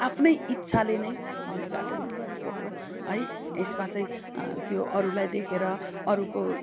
आफ्नै इच्छाले नै मैले गार्डनिङ गरेको हो है यसमा चाहिँ त्यो अरूलाई देखेर अरूको